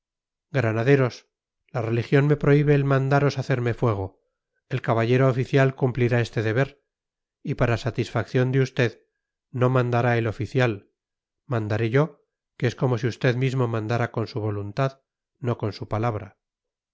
granaderos la religión me prohíbe el mandaros hacerme fuego el caballero oficial cumplirá este deber y para satisfacción de usted no mandará el oficial mandaré yo que es como si usted mismo mandara con su voluntad no con su palabra